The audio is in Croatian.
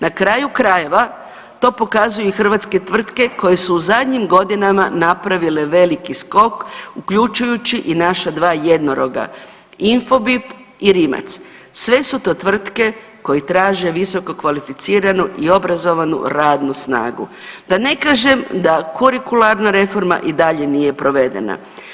Na kraju krajeva to pokazuju i hrvatske tvrtke koje su u zadnjim godinama napravile veliki skok uključujući i dva naša jednoroga Infobip i Rimac, sve su to tvrtke koje traže visokokvalificiranu i obrazovanu radnu snagu, da ne kažem da kurikularna reforma i dalje nije provedena.